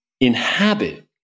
inhabit